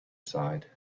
side